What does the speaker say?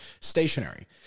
stationary